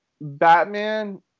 Batman